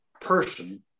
person